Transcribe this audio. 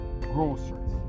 groceries